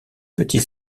petit